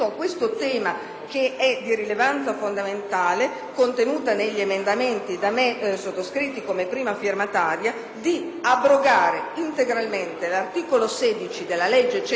di rilevanza fondamentale contenuta negli emendamenti da me sottoscritti come prima firmataria volti ad abrogare integralmente l'articolo 16 della legge n.